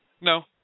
No